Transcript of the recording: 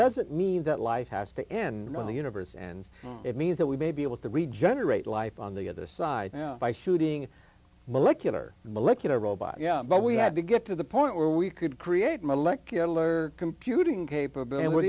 doesn't mean that life has to end in the universe and it means that we may be able to regenerate life on the other side by shooting molecular molecular robot yeah but we had to get to the point where we could create molecular computing capab